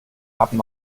haben